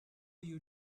you